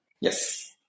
Yes